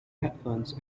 headphones